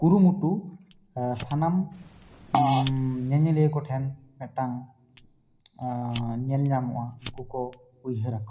ᱠᱩᱨᱤᱢᱩᱴᱩ ᱥᱟᱱᱟᱢ ᱧᱮᱧᱮᱞᱤᱭᱟᱹ ᱠᱚᱴᱷᱮᱱ ᱢᱤᱫᱴᱟᱝ ᱧᱮᱞ ᱧᱟᱢᱚᱜᱼᱟ ᱩᱱᱠᱩ ᱠᱚ ᱩᱭᱦᱟᱹᱨᱟᱠᱚ